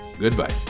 Goodbye